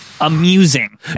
amusing